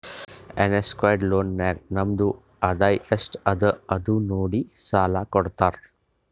unsecured loan ನಾಗ್ ನಮ್ದು ಆದಾಯ ಎಸ್ಟ್ ಅದ ಅದು ನೋಡಿ ಸಾಲಾ ಕೊಡ್ತಾರ್